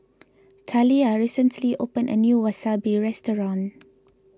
Talia recently opened a new Wasabi restaurant